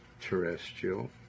terrestrial